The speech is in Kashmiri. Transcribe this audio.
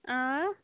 اۭں